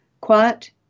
quiet